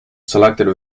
selected